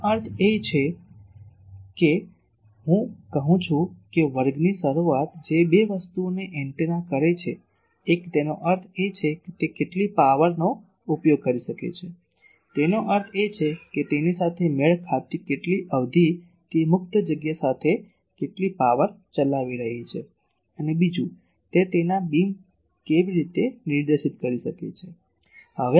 તેનો અર્થ એ છે કે હું કહું છું કે વર્ગની શરૂઆત જે બે વસ્તુઓને એન્ટેના કરે છે એક તેનો અર્થ એ છે કે તે કેટલી પાવરનો ઉપયોગ કરી શકે છે તેનો અર્થ એ છે કે તેની સાથે મેળ ખાતી કેટલી અવધિ તે મુક્ત જગ્યા સાથે કેટલી પાવર ચલાવી રહી છે અને બીજું તે તેના બીમ કેવી રીતે નિર્દેશિત કરી શકે છે